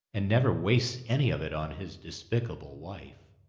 and never wastes any of it on his despicable wife,